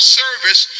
service